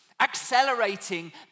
accelerating